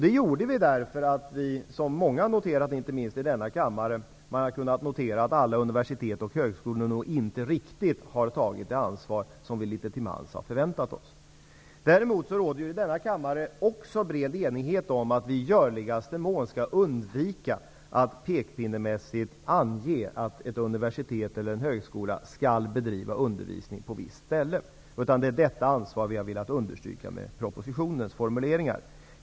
Det gjorde vi därför att vi -- som många andra, inte minst här i kammaren -- kunnat notera att alla universitet och högskolor nog inte riktigt har tagit det ansvar som vi litet till mans har förväntat oss. Däremot råder det i denna kammare bred enighet om att vi i görligaste mån skall undvika att pekpinnemässigt ange att ett universitet eller en högskola skall bedriva undervisning på ett visst ställe. Det är det ansvaret vi har velat understryka med propositionens formuleringar.